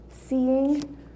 seeing